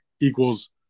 equals